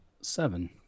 seven